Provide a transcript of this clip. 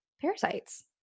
parasites